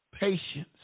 Patience